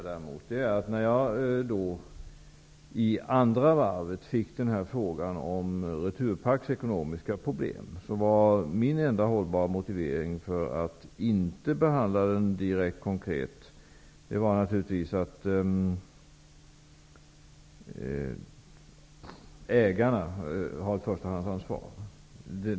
När jag så att säga i andra varvet fick frågan om Returpacks ekonomiska problem, var min hållbara motivering för att inte besvara frågan konkret att ägarna har ett förstahandsansvar.